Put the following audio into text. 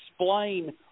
explain